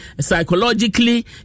psychologically